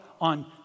on